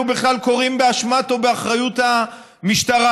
בכלל קורים באשמת או באחריות המשטרה.